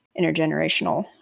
intergenerational